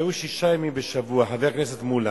שהיו שישה ימים בשבוע, חבר הכנסת מולה,